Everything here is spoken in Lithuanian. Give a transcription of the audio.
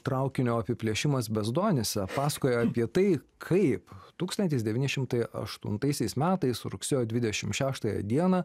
traukinio apiplėšimas bezdonyse pasakoja apie tai kaip tūkstantis devyni šimtai aštuntaisiais metais rugsėjo dvidešim šeštąją dieną